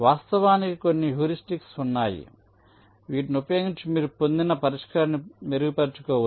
వాస్తవానికి కొన్ని హ్యూరిస్టిక్స్ ఉన్నాయి వీటిని ఉపయోగించి మీరు పొందిన పరిష్కారాన్ని మెరుగుపరచుకోవచ్చు